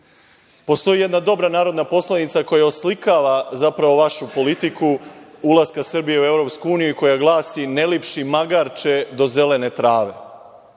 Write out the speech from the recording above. njivama. Postoji jedna dobra narodna poslovica koja oslikava zapravo vašu politiku ulaska Srbije u EU i koja glasi – ne lipši magarče do zelene trave.